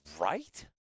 Right